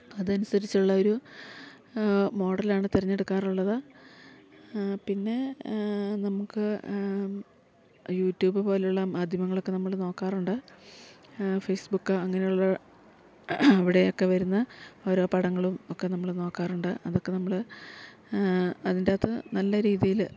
അതനുസരിച്ചുള്ള ഒരു മോഡലാണ് തെരഞ്ഞെടുക്കാറുള്ളത് പിന്നെ നമുക്ക് യൂട്യൂബ് പോലുള്ള മാധ്യമങ്ങളൊക്കെ നമ്മള് നോക്കാറുണ്ട് ഫേസ്ബുക്ക് അങ്ങനെയുള്ള അവിടെ ഒക്കെ വരുന്ന ഓരോ പടങ്ങളും ഒക്കെ നമ്മള് നോക്കാറുണ്ട് അതൊക്കെ നമ്മള് അതിന്റെ അകത്ത് നല്ല രീതിയില്